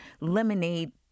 Lemonade